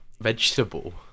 vegetable